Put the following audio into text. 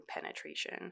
penetration